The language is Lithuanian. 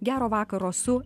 gero vakaro su